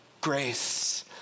grace